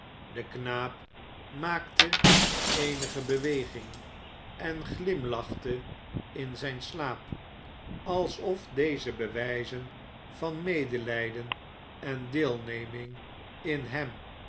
de knaap maakte eenige beweging en g'imlachte in zijn slaap alsof deze bewijzen van medelijden en deelneming in hem